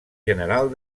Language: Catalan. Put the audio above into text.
general